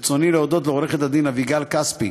ברצוני להודות לעורכת-הדין אביגל כספי,